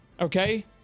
okay